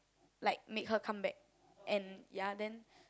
like make her come back and ya then